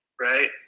right